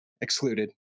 excluded